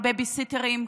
הבייביסיטרים,